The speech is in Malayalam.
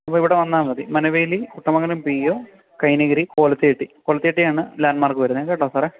അപ്പം ഇവിടെ വന്നാൽ മതി Manaveli Kuttamangalam P O Kainakary Kolath jetty Kolath ജെട്ടിയാണ് ലാൻഡ്മാർക്ക് വരുന്നത് കേട്ടോ സാറെ